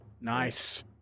Nice